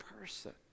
person